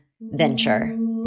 venture